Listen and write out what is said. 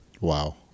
Wow